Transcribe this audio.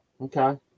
Okay